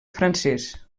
francès